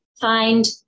find